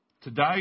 Today